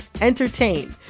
entertain